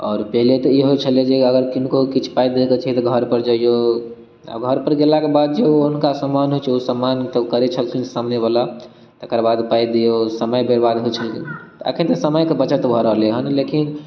आओर पहले तऽ ई होइ छलै छै जे अगर किनको किछु पाइ दैके छै तऽ घर पर जइयो आ घर पर गेला के बाद जे ओ हुनका सम्मान होइ छै ओहि सम्मान तऽ ओकरे छलखिन सामने बला तकर बाद पाइ दियौ समय बर्बाद होइ छलै अखन तऽ समय के बचत भऽ रहलै हँ लेकिन